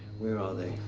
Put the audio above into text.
where are they?